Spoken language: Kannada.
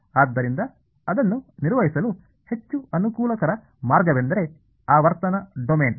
ಆದ್ದರಿಂದ ಅದನ್ನು ನಿರ್ವಹಿಸಲು ಹೆಚ್ಚು ಅನುಕೂಲಕರ ಮಾರ್ಗವೆಂದರೆ ಆವರ್ತನ ಡೊಮೇನ್